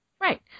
Right